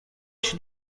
się